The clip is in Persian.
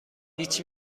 هیچ